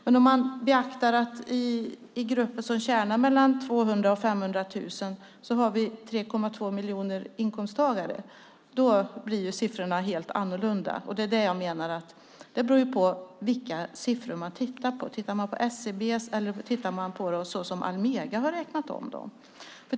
Men beaktar man att det i gruppen som tjänar mellan 200 000 och 500 000 finns 3,2 miljoner inkomsttagare blir siffrorna helt annorlunda. Allt beror på om man tittar man på SCB:s siffror eller på Almegas.